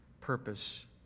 purpose